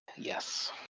Yes